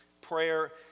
prayer